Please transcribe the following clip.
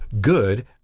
good